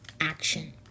action